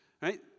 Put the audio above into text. right